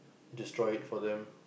destroy it for them